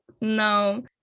no